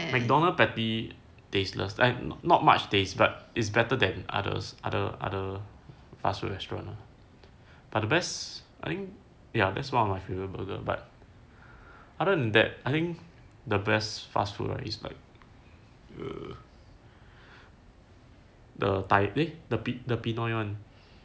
mcdonald's patty tasteless not much taste but it's better than others other other fast food restaurant but the best I think ya that's one of my favourite burger other than that I think the best fast food right it's like uh the pinoy one